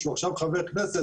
שהוא עכשיו חבר כנסת,